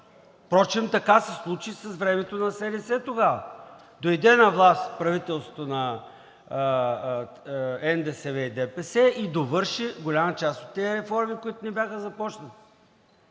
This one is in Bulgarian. Впрочем, така се случи по времето на СДС – дойде на власт правителството на НДСВ и ДПС и довърши голяма част от тези реформи, които не бяха започнати.